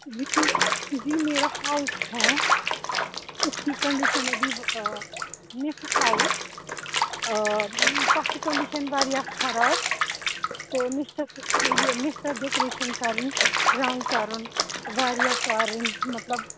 جی میرا ہاوُس ہے اس کی کَنٛڈِشَن ابھی مےٚ چھُ ہاوُس تَتھ چھےٚ کَنٛڈِشَن واریاہ خراب تہٕ مےٚ چھِ تَتھ یہِ مےٚ چھِ تَتھ ڈٮ۪کرایشَن کَرٕنۍ رَنٛگ کَرُن واریاہ کَرُن مطلب